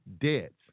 debts